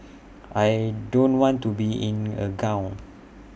I don't want to be in A gown